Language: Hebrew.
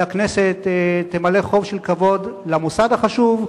והכנסת תמלא חוב של כבוד למוסד החשוב,